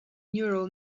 neural